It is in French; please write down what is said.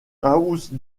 house